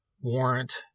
Warrant